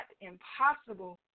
impossible